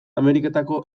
ameriketako